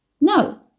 No